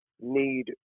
need